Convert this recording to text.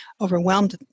overwhelmed